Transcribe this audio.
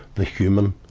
the human